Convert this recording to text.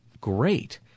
great